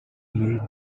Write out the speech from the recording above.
meet